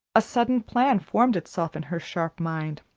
a sudden plan formed itself in her sharp mind.